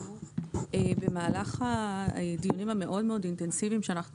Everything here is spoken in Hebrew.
במהלך הדיונים המאוד מאוד אינטנסיביים שאנחנו